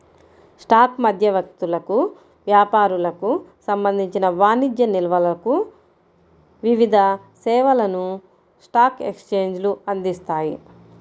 stock మధ్యవర్తులకు, వ్యాపారులకు సంబంధించిన వాణిజ్య నిల్వలకు వివిధ సేవలను స్టాక్ ఎక్స్చేంజ్లు అందిస్తాయి